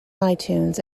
itunes